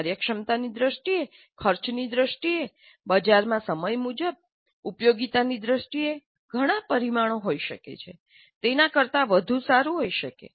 કાર્યક્ષમતાની દ્રષ્ટિએ ખર્ચની દ્રષ્ટિએ બજારમાં સમય મુજબ ઉપયોગીતાની દ્રષ્ટિએ ઘણા પરિમાણો હોઈ શકે છે તેના કરતાં વધુ સારું હોઈ શકે છે